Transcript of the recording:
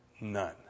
none